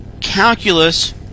Calculus